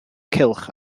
cylch